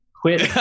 Quit